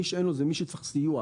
מי שאין לו זה מי שצריך סיוע.